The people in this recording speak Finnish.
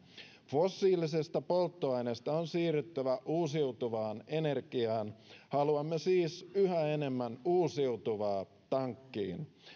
fossiilisista polttoaineista on siirryttävä uusiutuvaan energiaan haluamme siis yhä enemmän uusiutuvaa tankkiin